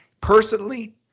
personally